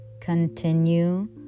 Continue